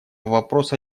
вопроса